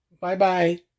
Bye-bye